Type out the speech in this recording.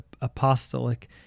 apostolic